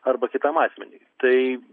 arba kitam asmeniui tai